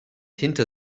hinter